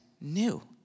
new